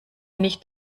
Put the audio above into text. nicht